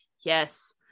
yes